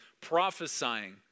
prophesying